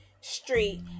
Street